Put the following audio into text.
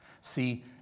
See